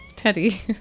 Teddy